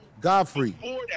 Godfrey